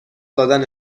دادن